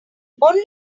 only